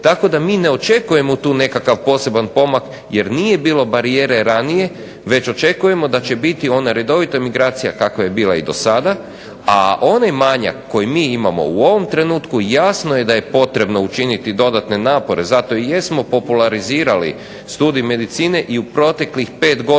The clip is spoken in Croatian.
Tako da mi ne očekujemo tu nekakav poseban pomak, jer nije bilo barijere ranije već očekujemo da će biti ona redovita emigracija kakva je bila i do sada, a onaj manjak koji mi imamo u ovom trenutku jasno je da je potrebno učiniti dodatne napore. Zato i jesmo popularizirali studij medicine i u proteklih pet godina